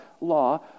law